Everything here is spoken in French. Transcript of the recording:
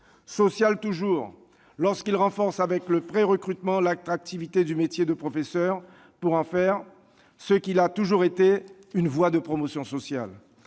la mesure où il renforce, avec le prérecrutement, l'attractivité du métier de professeur, pour en faire ce qu'il a toujours été : une voie de promotion sociale.